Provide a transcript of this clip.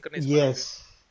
Yes